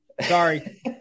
Sorry